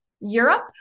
europe